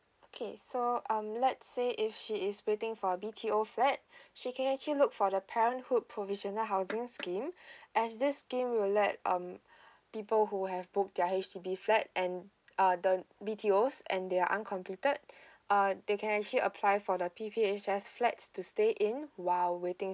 okay so um let's say if she is waiting for a B_T_O flat she can actually look for the parenthood provisioner housing scheme as this scheme will let um people who have booked their H_D_B flat and uh the B_T_O's and their uncompleted uh they can actually apply for the P_P_H_S flats to stay in while waiting